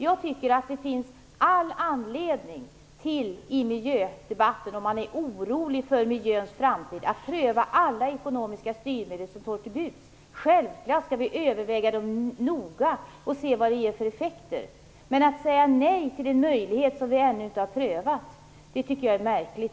Om man är orolig för miljöns framtid tycker jag att det finns all anledning att pröva alla ekonomiska styrmedel som står till buds. Självklart skall vi överväga dem noga och se vad de ger för effekter, men att säga nej till en möjlighet som vi ännu inte har prövat tycker jag är märkligt.